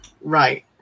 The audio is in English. Right